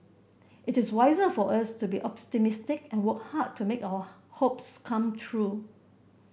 it is wiser for us to be optimistic and work hard to make our hopes come true